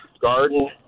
garden